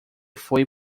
foi